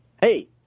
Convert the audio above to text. Hey